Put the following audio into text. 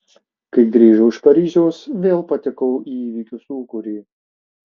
kai grįžau iš paryžiaus vėl patekau į įvykių sūkurį